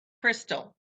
crystal